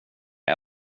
jag